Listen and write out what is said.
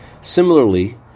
Similarly